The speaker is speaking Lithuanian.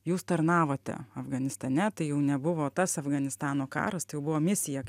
jūs tarnavote afganistane tai jau nebuvo tas afganistano karas tai jau buvo misija